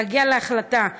להגיע להחלטה.